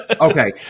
okay